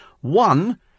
One